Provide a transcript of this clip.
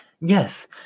Yes